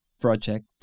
project